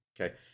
okay